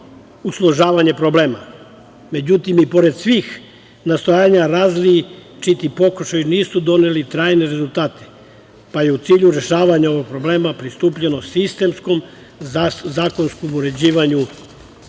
usložnjavanje problema. Međutim, i pored svih nastojanja, različiti pokušaji nisu doneli trajne rezultate, pa je u cilju rešavanja ovog problema pristupljeno sistemskom zakonskom uređenju